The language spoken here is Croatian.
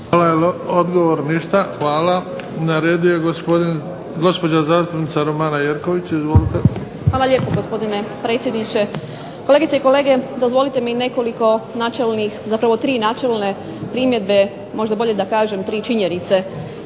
Hvala. Odgovor ništa? Hvala. Na redu je gospođa zastupnica Romana Jerković. Izvolite. **Jerković, Romana (SDP)** Hvala lijepo gospodine predsjedniče. Kolegice i kolege, dozvolite mi nekoliko načelnih, zapravo tri načelne primjedbe, možda bolje da kažem tri činjenice.